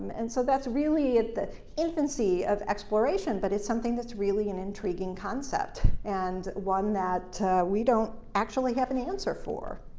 and so that's really at the infancy of exploration but it's something that's really an intriguing concept and one that we don't actually have an answer for.